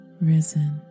risen